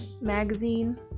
Magazine